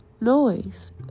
noise